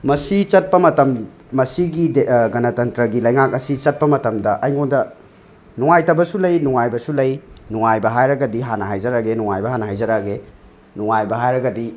ꯃꯁꯤ ꯆꯠꯄ ꯃꯇꯝ ꯃꯁꯤꯒꯤ ꯒꯅꯇꯟꯇ꯭ꯔꯒꯤ ꯂꯩꯉꯥꯛ ꯑꯁꯤ ꯆꯠꯄ ꯃꯇꯝꯗ ꯑꯩꯉꯣꯟꯗ ꯅꯨꯡꯉꯥꯏꯇꯕꯁꯨ ꯂꯩ ꯅꯨꯡꯉꯥꯏꯕꯁꯨ ꯂꯩ ꯅꯨꯡꯉꯥꯏꯕ ꯍꯥꯏꯔꯒꯗꯤ ꯍꯥꯟꯅ ꯍꯥꯏꯖꯔꯒꯦ ꯅꯨꯉꯥꯏꯕ ꯍꯥꯟꯅ ꯍꯥꯏꯖꯔꯛꯑꯒꯦ ꯅꯨꯡꯉꯥꯏꯕ ꯍꯥꯏꯔꯒꯗꯤ